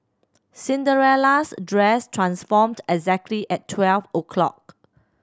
Cinderella's dress transformed exactly at twelve o'clock